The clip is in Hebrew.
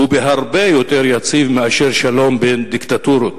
הוא הרבה יותר יציב מאשר שלום בין דיקטטורות.